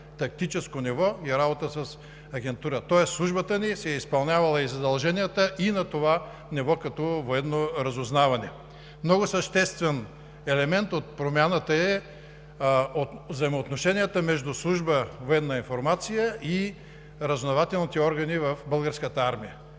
тактическо ниво и работа с агентура, тоест Службата ни си е изпълнявала задълженията и на това ниво като военно разузнаване. Много съществен елемент от промяната са взаимоотношенията на „Военна информация“ и разузнавателните органи в Българската армия.